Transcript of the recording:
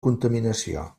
contaminació